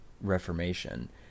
Reformation